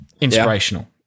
inspirational